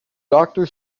doctor